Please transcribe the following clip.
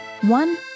One